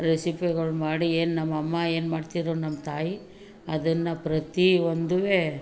ರೆಸಿಪಿಗಳು ಮಾಡಿ ಏನು ನಮ್ಮ ಅಮ್ಮ ಏನು ಮಾಡ್ತಿದ್ದರು ನಮ್ಮ ತಾಯಿ ಅದನ್ನು ಪ್ರತಿಯೊಂದುವೇ